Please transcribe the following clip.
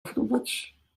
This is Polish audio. fruwać